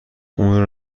اون